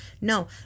No